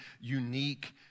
unique